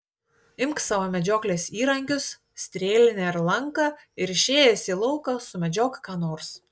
imk savo medžioklės įrankius strėlinę ir lanką ir išėjęs į lauką sumedžiok ką nors